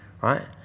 right